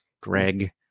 Greg